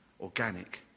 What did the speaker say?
organic